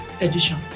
edition